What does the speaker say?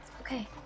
Okay